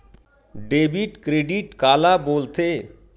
Debit credit काला बोल थे?